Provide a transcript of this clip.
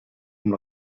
amb